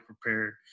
prepared